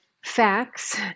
facts